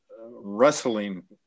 wrestling